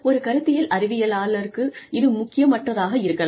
ஒரு கருத்தியல் அறிவியலாளருக்கு இது முக்கியமற்றதாக இருக்கலாம்